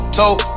told